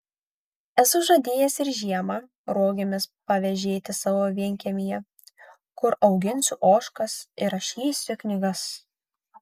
esu žadėjęs ir žiemą rogėmis pavėžėti savo vienkiemyje kur auginsiu ožkas ir rašysiu knygas